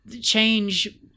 change